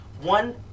One